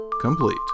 complete